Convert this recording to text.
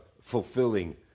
fulfilling